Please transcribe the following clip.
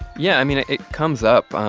yeah. i mean, it comes up.